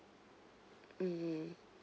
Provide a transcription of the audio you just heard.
mm